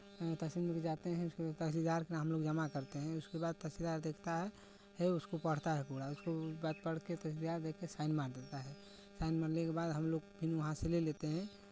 तहसील में ले के जाते हैं उसके बाद तहसीलदार के पास हमलोग जमा करते हैं उसके बाद तहसीलदार देखता है उसको पढ़ता है पूरा उसको बात पढ़ के तहसीलदार देख के साइन मार देता है साइन मारने के बाद हमलोग फिर वहाँ से ले लेते हैं